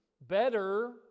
better